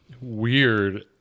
weird